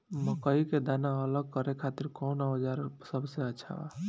मकई के दाना अलग करे खातिर कौन औज़ार सबसे अच्छा बा?